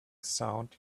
sound